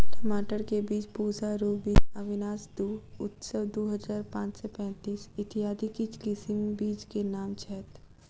टमाटर केँ बीज पूसा रूबी, अविनाश दु, उत्सव दु हजार पांच सै पैतीस, इत्यादि किछ किसिम बीज केँ नाम छैथ?